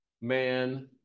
man